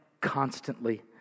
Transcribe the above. Constantly